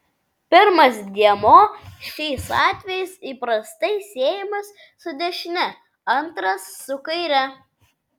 pirmas dėmuo šiais atvejais įprastai siejamas su dešine antras su kaire